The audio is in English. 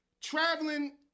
Traveling